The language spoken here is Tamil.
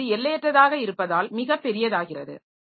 எனவே இது எல்லையற்றதாக இருப்பதால் மிகப்பெரியதாகிறது